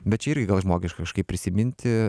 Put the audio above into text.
bet čia irgi gal žmogiška kažkaip prisiminti